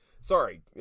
sorry